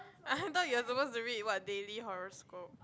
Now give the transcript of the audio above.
I thought you are supposed to read what daily horoscope